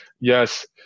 yes